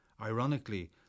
Ironically